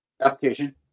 application